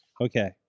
Okay